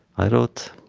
i wrote